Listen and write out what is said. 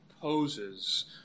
poses